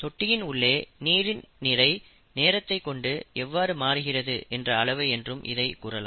தொட்டியின் உள்ளே நீரின் நிறை நேரத்தை கொண்டு எவ்வாறு மாறுகிறது என்ற அளவு என்றும் இதைக் கூறலாம்